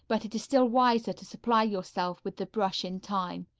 but it is still wiser to supply yourself with the brush in time.